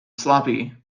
sloppy